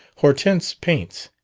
hortense paints.